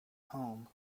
home